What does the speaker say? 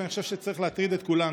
ואני חושב שצריך להטריד את כולנו,